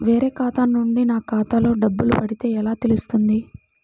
వేరే ఖాతా నుండి నా ఖాతాలో డబ్బులు పడితే ఎలా తెలుస్తుంది?